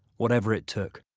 whatever it took.